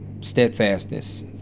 steadfastness